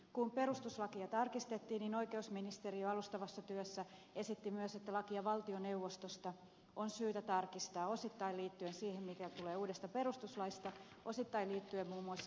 kun perustuslakia tarkistettiin oikeusministeriö esitti alustavassa työssään myös että lakia valtioneuvostosta on syytä tarkistaa osittain liittyen siihen mitä tulee uudesta perustuslaista osittain liittyen muun muassa ministerien äitiyslomiin